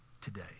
today